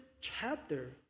chapter